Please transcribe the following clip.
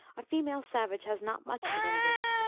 a female savage has not much advantage.